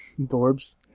Dorbs